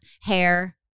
hair